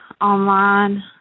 online